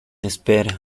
espera